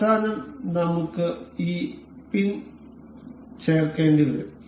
അവസാനം നമുക്ക് ഈ പിൻ ചേർക്കേണ്ടിവരും